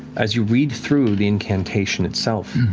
as you read through the incantation itself,